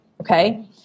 okay